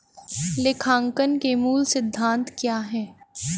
लेखांकन के मूल सिद्धांत क्या हैं?